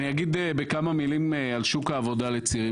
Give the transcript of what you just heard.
אני אגיד בכמה מילים על שוק העבודה לצעירים.